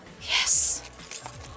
Yes